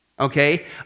Okay